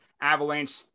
Avalanche